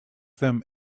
them